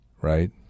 right